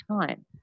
time